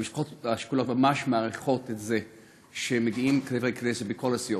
המשפחות השכולות ממש מעריכות את זה שמגיעים חברי כנסת מכל הסיעות,